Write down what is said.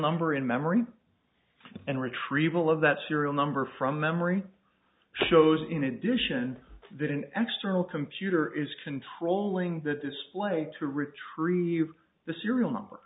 number in memory and retrieval of that serial number from memory shows in addition that an extra ill computer is controlling the display to retrieve the serial number